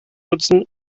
nutzen